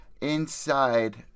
inside